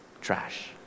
Trash